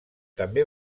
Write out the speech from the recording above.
també